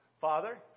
Father